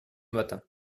matin